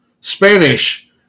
Spanish